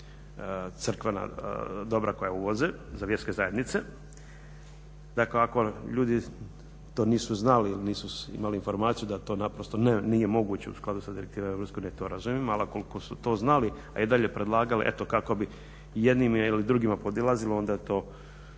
crkvena dobra koja uvoze, za vjerske zajednice. Dakle ako ljudi to nisu znali ili nisu imali informaciju da to naprosto nije moguće u skladu sa direktivama Europske unije to razumijem, ali ukoliko su to znali a i dalje predlagali eto kako i jednim ili drugima podilazili onda to